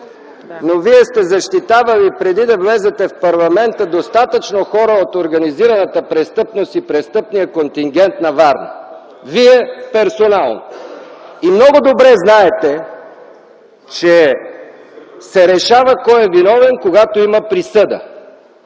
Вие сте защитавали достатъчно хора от организираната престъпност и престъпния контингент на Варна. Вие, персонално! И много добре знаете, че се решава кой е виновен, когато има присъда,